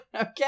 okay